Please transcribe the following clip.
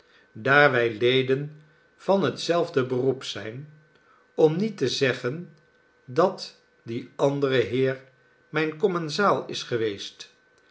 wij leden van hetzelfde beroep zijn om niet te zeggen dat die andere heer mijn commensaal is geweest